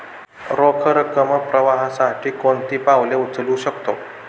रोख रकम प्रवाहासाठी कोणती पावले उचलू शकतो?